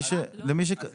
זה